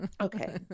Okay